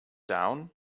down